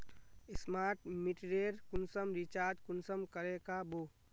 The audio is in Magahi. स्मार्ट मीटरेर कुंसम रिचार्ज कुंसम करे का बो?